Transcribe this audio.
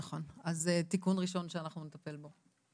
נכון, אז זה תיקון ראשון שאנחנו נטפל בו.